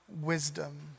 wisdom